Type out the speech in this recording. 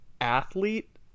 athlete